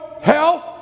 health